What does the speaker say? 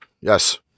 Yes